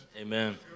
Amen